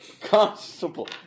constable